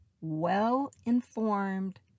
well-informed